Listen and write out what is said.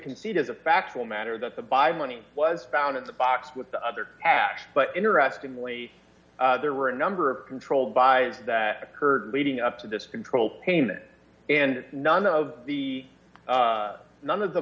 concede as a factual matter that the by money was found in the box with the other cash but interestingly there were a number of controlled by that occurred leading up to this control payment and none of the none of the